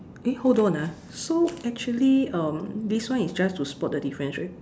eh hold on ah so actually um this one is just to spot the difference right